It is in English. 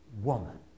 woman